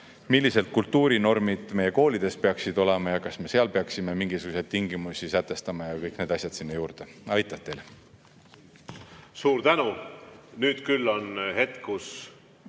millised kultuurinormid meie koolides peaksid olema ja kas me seal peaksime mingisuguseid tingimusi sätestama. Kõik need asjad sinna juurde. Aitäh teile! Suur tänu! Nüüd küll on hetk,